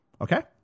okay